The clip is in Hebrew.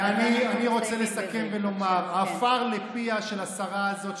אני רוצה לסכם ולומר: עפר לפיה של השרה הזאת,